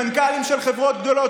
מנכ"לים של חברות גדולות,